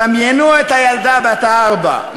דמיינו את הילדה בת הארבע,